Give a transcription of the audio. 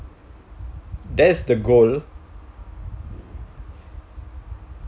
that is the goal